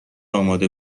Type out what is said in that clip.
اماده